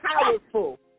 powerful